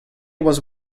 was